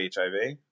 HIV